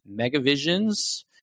megavisions